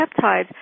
peptides